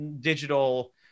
digital